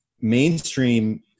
mainstream